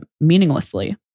meaninglessly